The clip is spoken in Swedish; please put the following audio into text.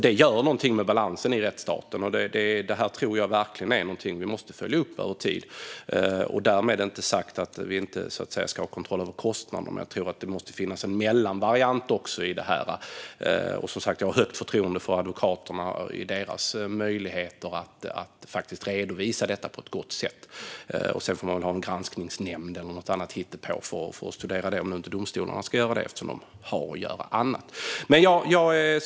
Detta gör någonting med balansen i rättsstaten. Jag tror verkligen att detta är någonting som vi måste följa upp över tid. Därmed inte sagt att vi inte ska ha kontroll över kostnaderna, men jag tror att det måste finnas en mellanvariant i det här. Jag har högt förtroende för advokaterna när det gäller deras möjligheter att redovisa detta på ett gott sätt. Sedan får man väl ha en granskningsnämnd eller något annat hittepå för att studera detta, om nu inte domstolarna ska göra det - de har ju annat att göra.